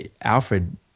Alfred